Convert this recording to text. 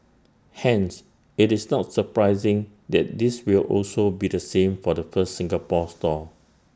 hence IT is not surprising that this will also be the same for the first Singapore store